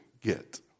get